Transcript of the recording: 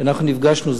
שאנחנו נפגשנו,